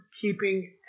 keeping